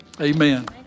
Amen